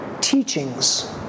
teachings